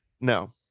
No